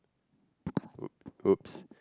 !oop! !oops!